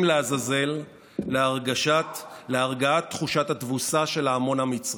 לעזאזל להרגעת תחושת התבוסה של ההמון המצרי.